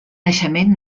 naixement